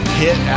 hit